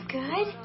good